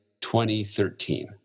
2013